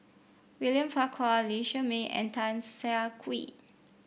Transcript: William Farquhar Lee Shermay and Tan Siah Kwee